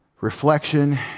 reflection